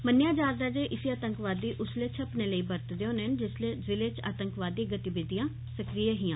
मन्नेआ जा'रदा ऐ जे इसी आतंकवादी उस बेल्लै छप्पने लेई बरतदे होने न जिसलै जिले च आतंकवादी गतिविधियां सक्रिय हियां